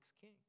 king